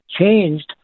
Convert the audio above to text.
changed